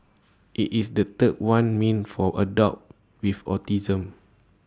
IT is the third one meant for adults with autism